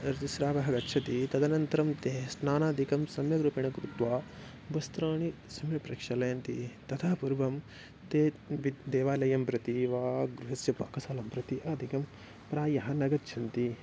ऋतुस्रावः गच्छति तदनन्तरं ते स्नानादिकं सम्यक् रूपेण कृत्वा वस्त्राणि सम्यक् प्रक्षालयन्ति ततः पूर्वं तेपि देवालयं प्रति वा गृहस्य पाकशालां प्रति अधिकं प्रायः न गच्छन्ति